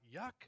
yuck